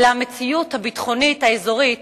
אלא המציאות הביטחונית האזורית